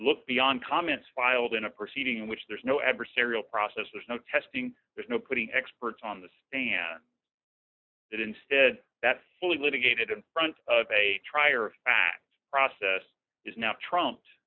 look beyond comments filed in a proceeding in which there's no adversarial process there's no testing there's no putting experts on the stand it instead that fully litigated in front of a trier of fact process is now trumped